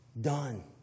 done